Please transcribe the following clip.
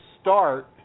start